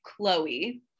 Chloe